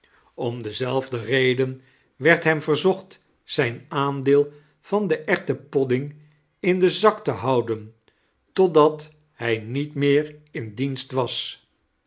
om dezelfde reden werd hem verzocht zijn aandeel van den erwtenpodding in dan zak te houden totdat hij niet meer in dienst was